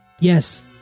yes